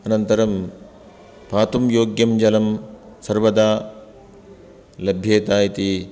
अनन्तरं पातुं योग्यं जलं सर्वदा लभ्येत इति